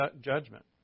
judgment